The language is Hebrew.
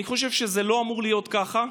אני חושב שזה לא אמור להיות ככה.